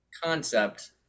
concept